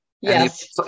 Yes